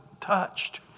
touched